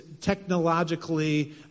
technologically